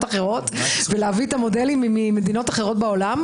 אחרות ולהביא את המודלים ממדינות אחרות בעולם.